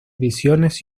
visiones